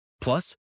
Plus